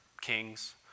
kings